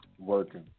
Working